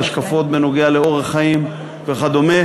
בהשקפות בנוגע לאורח חיים וכדומה,